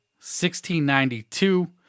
1692